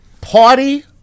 Party